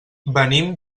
venim